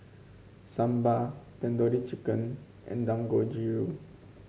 Sambar Tandoori Chicken and Dangojiru